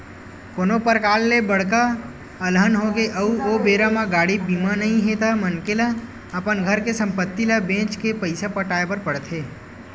कोनो परकार ले बड़का अलहन होगे अउ ओ बेरा म गाड़ी बीमा नइ हे ता मनखे ल अपन घर के संपत्ति ल बेंच के पइसा पटाय बर पड़थे